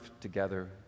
together